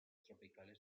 tropicales